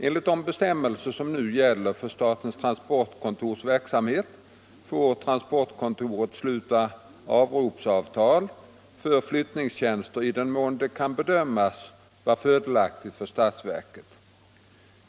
Enligt de bestämmelser som nu gäller för statens transportkontors verksamhet får transportkontoret sluta avropsavtal för flyttningstjänster i den mån det kan bedömas vara fördelaktigt för statsverket.